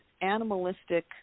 animalistic